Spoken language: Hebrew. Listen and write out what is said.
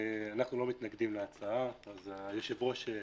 אנחנו לא מתנגדים להצעה, אז זה 1 0 ליושב-ראש...